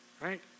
Right